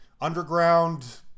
underground